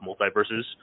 multiverses